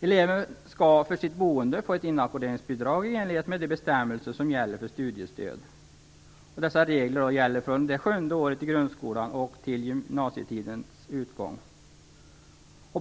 Eleven skall för sitt boende få ett inackorderingsbidrag i enlighet med de bestämmelser som gäller för studiestöd. Dessa regler gäller från det sjunde året i grundskolan till gymnasietidens utgång.